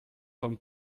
vom